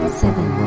seven